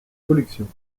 collections